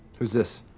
who's this?